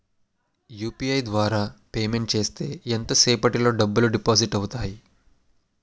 UPI ద్వారా payment చేస్తే ఎంత సేపటిలో డబ్బులు డిపాజిట్ అవుతాయి?